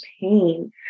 pain